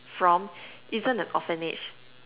from isn't an orphanage